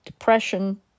depression